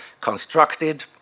constructed